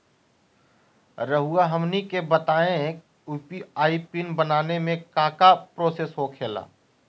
रहुआ हमनी के बताएं यू.पी.आई पिन बनाने में काका प्रोसेस हो खेला?